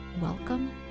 Welcome